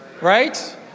right